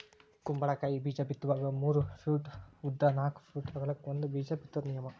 ಕುಂಬಳಕಾಯಿ ಬೇಜಾ ಬಿತ್ತುವಾಗ ಮೂರ ಪೂಟ್ ಉದ್ದ ನಾಕ್ ಪೂಟ್ ಅಗಲಕ್ಕ ಒಂದ ಬೇಜಾ ಬಿತ್ತುದ ನಿಯಮ